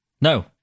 No